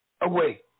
away